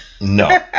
no